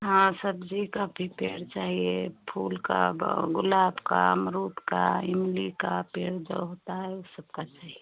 हाँ सब्जी का भी पेड़ चाहिए फूल का बा गुलाब का अमरूद का इमली का पेड़ जो होता है वो सबका चाहिए